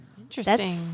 Interesting